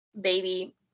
baby